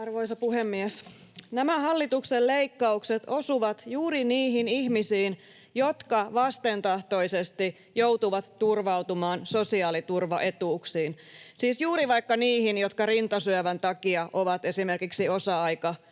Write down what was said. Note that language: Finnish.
Arvoisa puhemies! Nämä hallituksen leikkaukset osuvat juuri niihin ihmisiin, jotka vastentahtoisesti joutuvat turvautumaan sosiaaliturvaetuuksiin, siis juuri vaikka niihin, jotka rintasyövän takia ovat esimerkiksi osa-aikatyökykyisiä